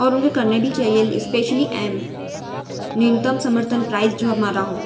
और उनके करने भी चाहिए स्पेशली एम न्यूनतम समर्थन प्राइस जो हमारा